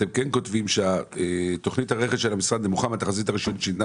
אתם כן כותבים שתכנית הרכש של המשרד נמוכה מהתחזית שניתנה